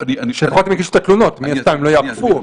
שהן לפחות יגישו את התלונות, מן הסתם הן לא יאכפו.